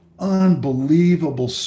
Unbelievable